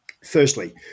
Firstly